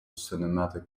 cinematic